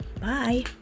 Bye